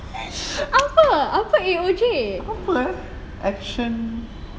apa apa A_O_J